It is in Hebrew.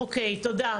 אוקיי, תודה.